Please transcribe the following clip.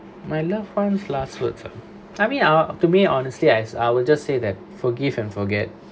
my loved one last word ah I mean I to me honestly I I will just say that forgive and forget